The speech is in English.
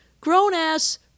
grown-ass